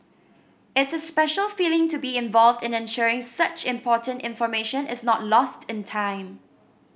it's a special feeling to be involved in ensuring such important information is not lost in time